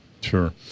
sure